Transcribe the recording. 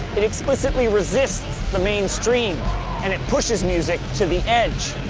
it explicitly resists the mainstream and it pushes music to the edge,